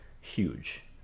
huge